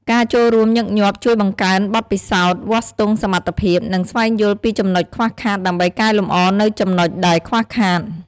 ការចូលរួមញឹកញាប់ជួយបង្កើនបទពិសោធន៍ វាស់ស្ទង់សមត្ថភាព និងស្វែងយល់ពីចំណុចខ្វះខាតដើម្បីកែលម្អនូវចំណុចដែរខ្វះខាត ។